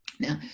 Now